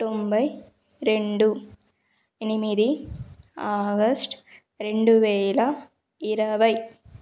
తొంభై రెండు ఎనిమిది ఆగస్ట్ రెండు వేల ఇరవై